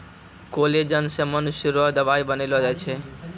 collagen से मनुष्य रो दवाई बनैलो जाय छै